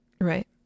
right